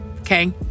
okay